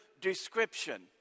description